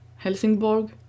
helsingborg